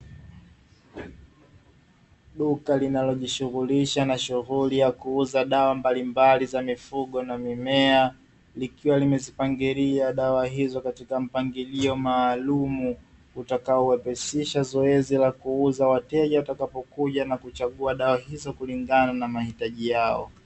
Duka linalojishughulisha na shughuli ya kuuza dawa mbalimbali za mifugo na mimea, likiwa limezipagilia dawa hizo katika mpangilio maalumu. Utakao wepesisha la kuuza, wateja watakaoikuja na kuchagua dawa hizo kulingana na mahitaji yao.